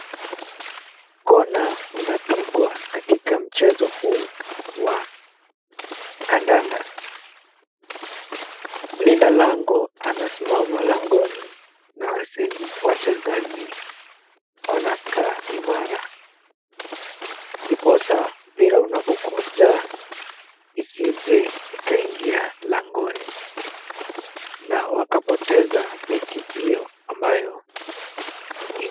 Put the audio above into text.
Kona unapigwa katika mchezo huu wa kandanda. Mlinda lango anasimama langoni na wachezaji wanakaa imara, ndiposa mpira unapokuja isije ikaingia langoni na wakapoteza mechi hiyo ambayo ni muhimu.